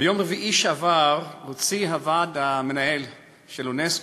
ביום רביעי שעבר הוציא הוועד המנהל של אונסק"ו,